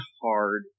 hard